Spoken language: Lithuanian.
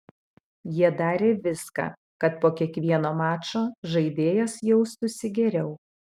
jie darė viską kad po kiekvieno mačo žaidėjas jaustųsi geriau